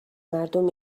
مردم